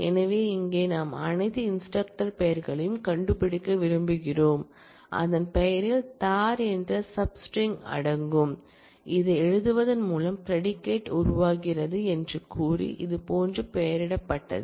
எனவே இங்கே நாம் அனைத்து இன்ஸ்டிரக்டர் பெயர்களையும் கண்டுபிடிக்க விரும்புகிறோம் அதன் பெயரில் "தார்" என்ற சப் ஸ்ட்ரிங்அடங்கும் இதை எழுதுவதன் மூலம் ப்ரெடிகேட் உருவாகிறது என்று கூறி இது போன்ற பெயரிடப்பட்டது